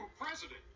president